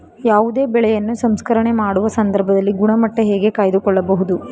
ಯಾವುದೇ ಬೆಳೆಯನ್ನು ಸಂಸ್ಕರಣೆ ಮಾಡುವ ಸಂದರ್ಭದಲ್ಲಿ ಗುಣಮಟ್ಟ ಹೇಗೆ ಕಾಯ್ದು ಕೊಳ್ಳಬಹುದು?